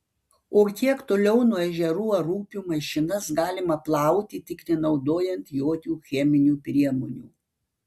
o kiek toliau nuo ežerų ar upių mašinas galima plauti tik nenaudojant jokių cheminių priemonių